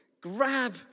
Grab